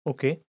Okay